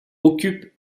occupe